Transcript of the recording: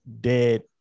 dead